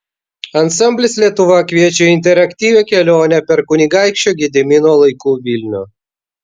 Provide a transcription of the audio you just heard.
ansamblis lietuva kviečia į interaktyvią kelionę per kunigaikščio gedimino laikų vilnių